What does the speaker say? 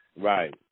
Right